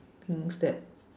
things that